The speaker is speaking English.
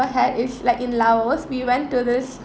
~ver had is like in laos we went to this